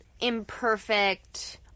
imperfect